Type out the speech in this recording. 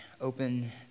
open